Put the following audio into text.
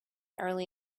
early